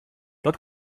dat